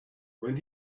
when